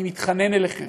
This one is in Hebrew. אני מתחנן אליכם: